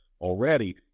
already